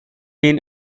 been